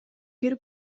бир